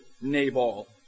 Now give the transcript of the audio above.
Nabal